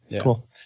Cool